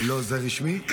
לא, זה רשמי?